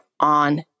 on